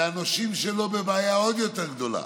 והנושים שלו בבעיה עוד יותר גדולה,